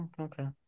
okay